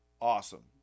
Awesome